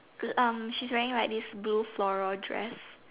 um on she's wearing like this blue floral dress